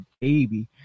baby